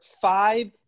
five